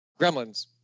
Gremlins